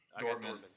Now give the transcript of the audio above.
Dortmund